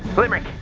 limerick,